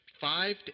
Five